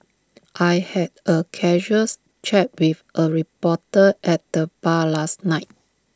I had A casuals chat with A reporter at the bar last night